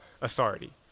authority